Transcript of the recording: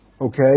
Okay